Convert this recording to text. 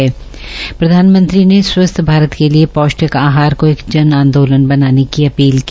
प्रधानमंत्री ने स्वच्छ भारत के लिए पौश्टिक आहार को एक जन आंदोलन बनाने की अपील की